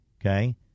okay